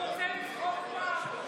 רוצה לשרוף זמן.